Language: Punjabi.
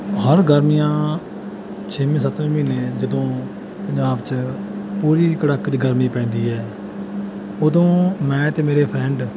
ਹਰ ਗਰਮੀਆਂ ਛੇਵੇਂ ਸੱਤਵੇਂ ਮਹੀਨੇ ਜਦੋਂ ਪੰਜਾਬ 'ਚ ਪੂਰੀ ਕੜਾਕੇ ਦੀ ਗਰਮੀ ਪੈਂਦੀ ਹੈ ਉਦੋਂ ਮੈਂ ਅਤੇ ਮੇਰੇ ਫਰੈਂਡ